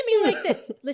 Listen